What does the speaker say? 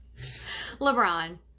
LeBron